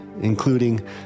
including